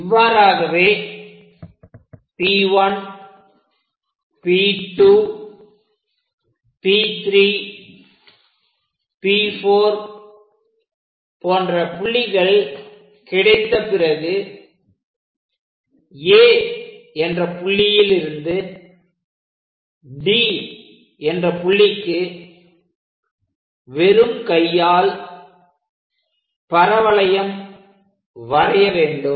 இவ்வாறாகவே P1P2P3P4 போன்ற புள்ளிகள் கிடைத்த பிறகு A என்ற புள்ளியில் இருந்து D என்ற புள்ளிக்கு வெறும் கையால் பரவளையம் வரைய வேண்டும்